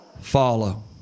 follow